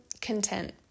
content